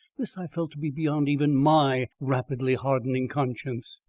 this i felt to be beyond even my rapidly hardening conscience.